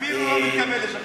אני אפילו לא מתכוון לשכנע.